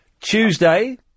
Tuesday